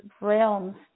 realms